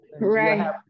Right